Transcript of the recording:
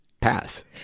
path